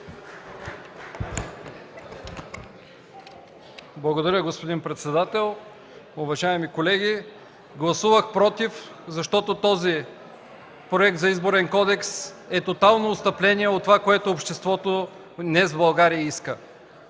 Благодаря, господин председател. Уважаеми колеги, гласувах „против”, защото този Проект за Изборен кодекс е тотално отстъпление от това, което днес обществото в България иска,